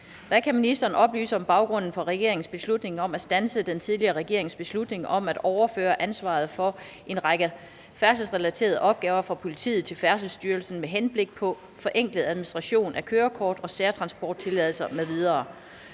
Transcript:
kan ministeren oplyse om baggrunden for regeringens beslutning om at standse den tidligere regerings beslutning om at overføre ansvaret for en række færdselsrelaterede opgaver fra politiet til Færdselsstyrelsen med henblik på forenklet administration af kørekort og særtransporttilladelser m.v.,